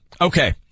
Okay